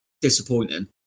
disappointing